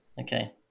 Okay